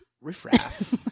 riffraff